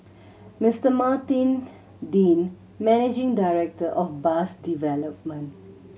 Mister Martin Dean managing director of bus development